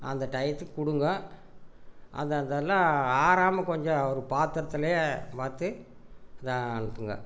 அந்த டையத்துக்கு கொடுங்க அதை அதெல்லாம் ஆறாமல் கொஞ்சம் ஒரு பாத்திரத்துலயே மாற்றி அதை அனுப்புங்கள்